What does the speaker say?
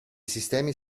sistemi